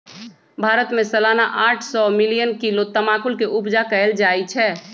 भारत में सलाना आठ सौ मिलियन किलो तमाकुल के उपजा कएल जाइ छै